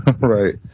Right